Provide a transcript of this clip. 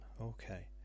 Okay